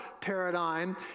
paradigm